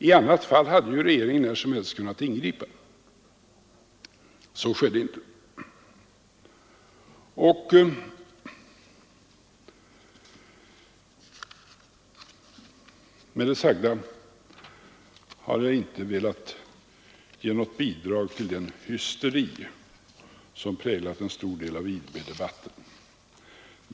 I annat fall hade regeringen när som helst kunnat ingripa. Så skedde inte. Med det sagda har jag inte velat ge något bidrag till den hysteri som har präglat en stor del av IB-debatten.